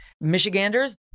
Michiganders